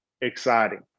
exciting